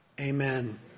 Amen